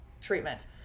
treatment